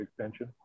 extension